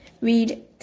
read